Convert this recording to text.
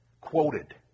quoted